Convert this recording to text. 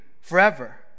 forever